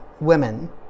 women